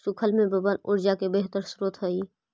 सूखल मेवबन ऊर्जा के बेहतर स्रोत हई